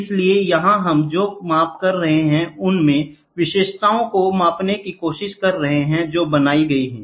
इसलिए यहां हम जो माप कर रहे हैं उनमें विशेषताओं को मापने की कोशिश कर रहे हैं जो की बनाई गई है